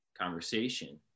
conversation